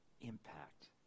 impact